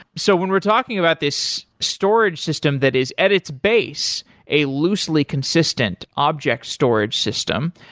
so when we're talking about this storage system that is at its base a loosely consistent object storage system,